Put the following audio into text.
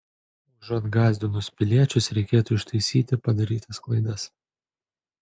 užuot gąsdinus piliečius reikėtų ištaisyti padarytas klaidas